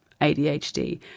ADHD